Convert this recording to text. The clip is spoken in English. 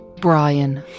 Brian